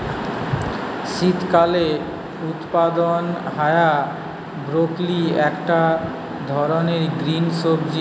শীতকালে উৎপাদন হায়া ব্রকোলি একটা ধরণের গ্রিন সবজি